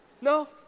No